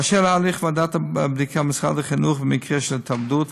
באשר להליך ועדת הבדיקה במשרד החינוך במקרה של התאבדות,